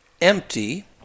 empty